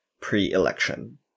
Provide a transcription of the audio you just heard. pre-election